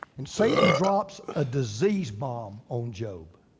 and satan drops a disease bomb on job.